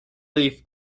leaf